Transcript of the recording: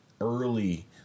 early